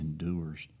endures